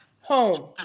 Home